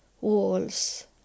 walls